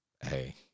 Hey